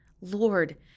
Lord